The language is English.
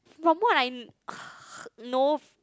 from what I know